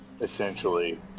essentially